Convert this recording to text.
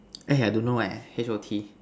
eh I don't know eh H_O_T